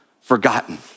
forgotten